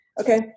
okay